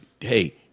hey